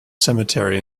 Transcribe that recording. cemetery